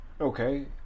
Okay